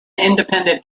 independent